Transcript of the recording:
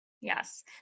Yes